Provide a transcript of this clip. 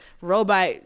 robot